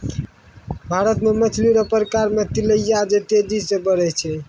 भारत मे मछली रो प्रकार मे तिलैया जे तेजी से बड़ै छै